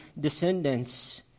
descendants